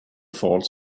falls